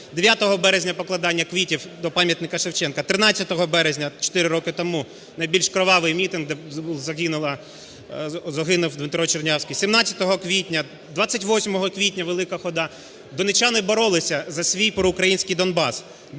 березня покладання квітів до пам'ятника Шевченка, 13 березня, чотири роки тому, найбільш кровавий мітинг, де загинув Дмитро Чернявський. 17 квітня, 28 квітня - велика хода. Донеччани боролися за свій проукраїнський Донбас.